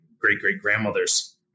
great-great-grandmother's